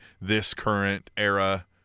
this-current-era